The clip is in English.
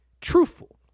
truthful